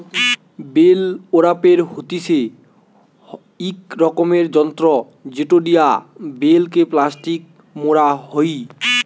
bell wrapper হতিছে ইক রকমের যন্ত্র জেটো দিয়া বেল কে প্লাস্টিকে মোড়া হই